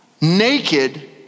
naked